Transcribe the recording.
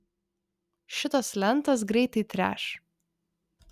šitos lentos greitai treš